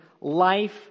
life